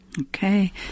Okay